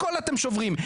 הכול אתם שוברים,